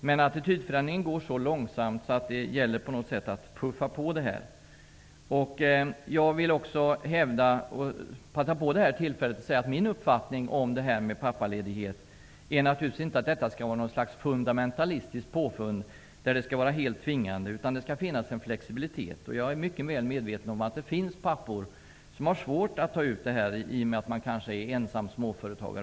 Men attitydförändringen går så långsamt fram att den behöver puffas på. Min uppfattning om pappaledighet är att det naturligtvis inte skall vara något fundamentalistiskt påfund som skall vara helt tvingande. Det skall finnas en flexibilitet. Jag är mycket väl medveten om att det finns pappor som har svårt att ta ut pappaledighet. De kan t.ex. vara småföretagare.